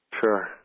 Sure